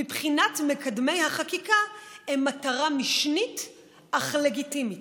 מבחינת מקדמי החקיקה הם מטרה משנית אך לגיטימית.